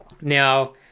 now